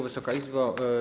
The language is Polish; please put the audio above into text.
Wysoka Izbo!